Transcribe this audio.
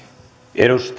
arvoisa